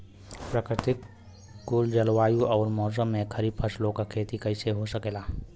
प्रतिकूल जलवायु अउर मौसम में खरीफ फसलों क खेती कइसे हो सकेला?